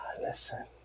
listen